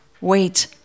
Wait